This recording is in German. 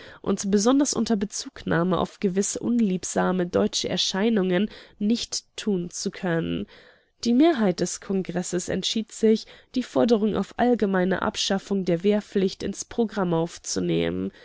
und besonders unter bezugnahme auf gewisse unliebsame deutsche erscheinungen nicht tun zu können die mehrheit des kongresses entschied sich die forderung auf allgemeine abschaffung der wehrpflicht ins programm aufzunehmen